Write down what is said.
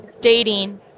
dating